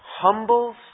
humbles